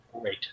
great